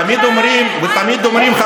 ותמיד אומרים,